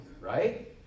right